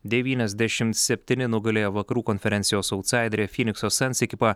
devyniasdešim septyni nugalėjo vakarų konferencijos autsaiderę fynikso suns ekipą